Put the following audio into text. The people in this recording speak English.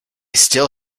still